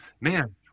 man